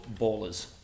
Ballers